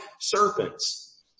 serpents